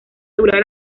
durar